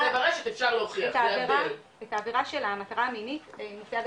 --- את העבירה של המטרה המינית נמצאה